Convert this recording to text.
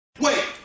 Wait